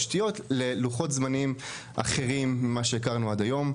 ללוחות זמנים אחרים ממה שהכרנו עד היום.